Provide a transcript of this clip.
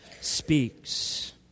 speaks